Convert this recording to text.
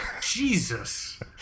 Jesus